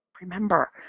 remember